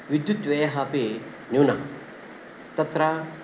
विद्युत्व्ययः अपि न्यूनः तत्र